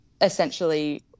essentially